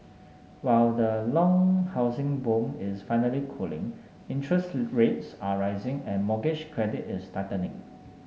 while the long housing boom is finally cooling interest rates are rising and mortgage credit is tightening